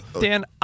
Dan